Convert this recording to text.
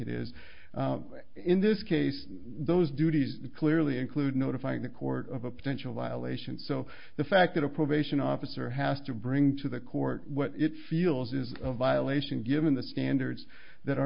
it is in this case those duties clearly include notifying the court of a potential violation so the fact that a probation officer has to bring to the court what it feels is a violation given the standards that are